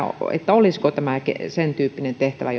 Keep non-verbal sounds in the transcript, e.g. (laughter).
olisiko tämä sentyyppinen tehtävä (unintelligible)